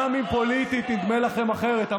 גם אם פוליטית נדמה לכם אחרת.